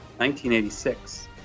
1986